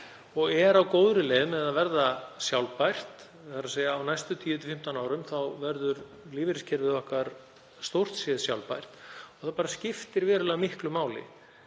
og er á góðri leið með að verða sjálfbært. Á næstu 10–15 árum verður lífeyriskerfið okkar stórt séð sjálfbært og það skiptir verulega miklu máli,